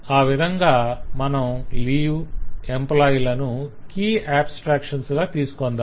ఆ విధంగా మనం లీవ్ ఎంప్లాయ్ లను కీ ఆబ్స్త్రాక్షన్స్ గా తీసుకొందాం